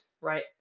right